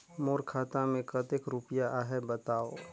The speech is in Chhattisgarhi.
मोर खाता मे कतेक रुपिया आहे बताव?